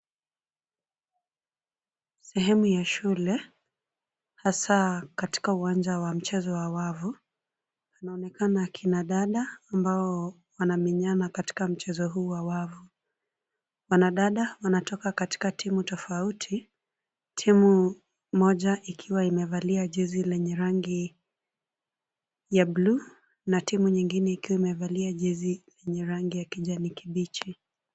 Sehemu ya shule, hasa katika uwanja wa mchezo wa wavu. Panaonekana kina dada ambao wanamenyana katika mchezo huu wa wavu. Wanadada wanatoka katika timu tofauti, timu moja ikiwa imevalia jezi lenye rangi ya bluu na timu nyingine ikiwa imevalia jezi lenye rangi ya kijani kibichi.